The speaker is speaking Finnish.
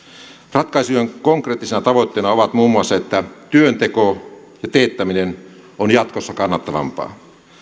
ratkaisujen konkreettisena tavoitteena on muun muassa että työnteko ja työn teettäminen on jatkossa kannattavampaa